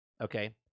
okay